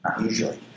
usually